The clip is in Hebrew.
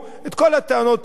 את כל הטענות האלה,